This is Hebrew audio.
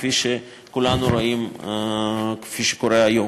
כפי שכולנו רואים וכפי שקורה היום.